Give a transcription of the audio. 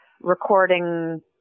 recording